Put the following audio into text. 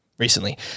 Recently